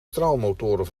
straalmotoren